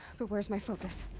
but where's my focus?